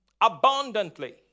abundantly